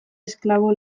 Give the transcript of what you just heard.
esklabo